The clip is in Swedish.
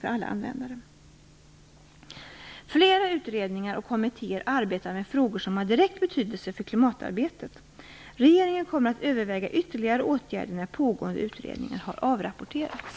Ett alltför utglesat godstrafiknät skulle leda till att de regionala obalanserna mellan olika landsdelar förstärktes.